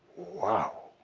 wow.